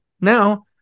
Now